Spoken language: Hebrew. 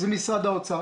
זה משרד האוצר.